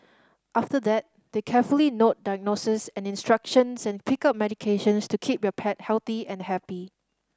after that they carefully note diagnoses and instructions and pick up medications to keep your pet healthy and happy